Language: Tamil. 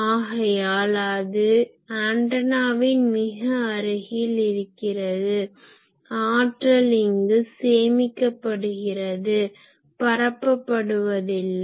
ஆகையால் அது ஆன்டனாவின் மிக அருகில் இருக்கிறது ஆற்றல் இங்கு சேமிக்கப்படுகிறது பரப்பப்படுவதில்லை